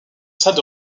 salle